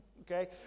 okay